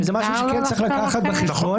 וזה משהו שכן צריך להביא בחשבון.